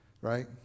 Right